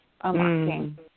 unlocking